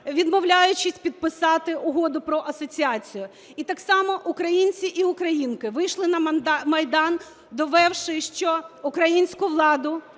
відмовляючись підписати Угоду про асоціацію. І так само українці і українки вийшли на Майдан, довівши, що українську владу